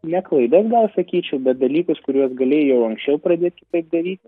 ne klaidas gal sakyčiau bet dalykus kuriuos galėjai jau anksčiau pradėti taip daryti